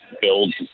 build